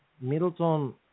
Middleton